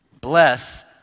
bless